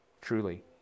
Truly